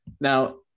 Now